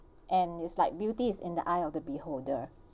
and it's like beauty is in the eye of the beholder